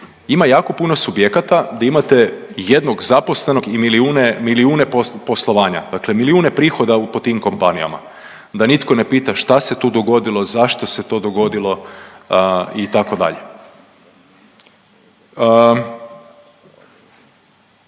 ima jako puno subjekata di imate jednog zaposlenog i milijune, milijune poslovanja, dakle milijune prihoda u, po tim kompanijama, da nitko ne pita šta se tu dogodilo, zašto se to dogodilo, itd.